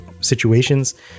situations